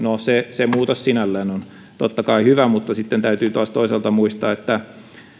se muutos sinällään on totta kai hyvä mutta sitten täytyy taas toisaalta muistaa että